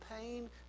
pain